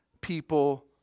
people